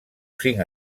cinc